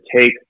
take